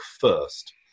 first